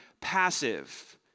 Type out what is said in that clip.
passive